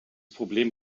problem